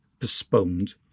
postponed